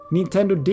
Nintendo